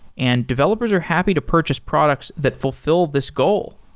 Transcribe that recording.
and developers are happy to purchase products that fulfill this goal.